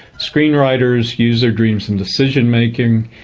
screenwriters used their dreams in decision-making,